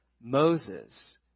Moses